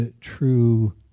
true